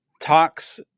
talks